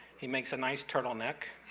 he makes a nice turtleneck.